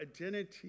identity